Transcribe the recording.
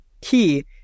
key